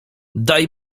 daj